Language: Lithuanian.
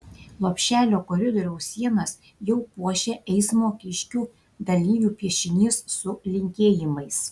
lopšelio koridoriaus sienas jau puošia eismo kiškių dalyvių piešinys su linkėjimais